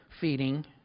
feeding